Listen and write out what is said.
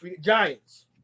Giants